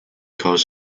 cause